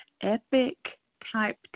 epic-type